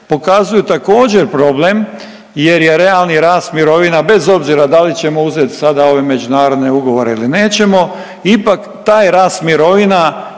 pokazuju također problem jer je realni rast mirovina bez obzira da li ćemo uzet sada ove međunarodne ugovore ili nećemo ipak taj rast mirovina